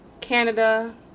Canada